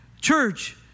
church